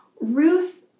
Ruth